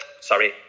sorry